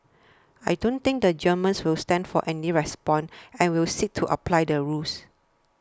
I don't think the Germans will stand for any nonsense and I will seek to apply the rules